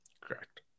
Correct